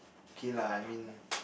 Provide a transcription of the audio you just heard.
okay lah I mean